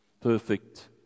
perfect